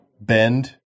bend